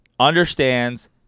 understands